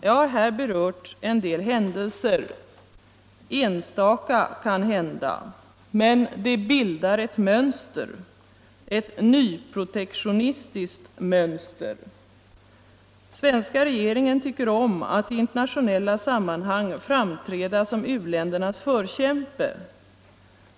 Jag har här berört en del händelser — enstaka kanhända — men de bildar ett mönster; ett nyprotektionistiskt mönster. Svenska regeringen tycker om att i internationella sammanhang framträda som u-ländernas förkämpe.